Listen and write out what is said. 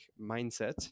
mindset